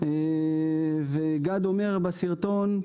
אומר בסרטון: